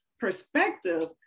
perspective